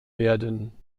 werden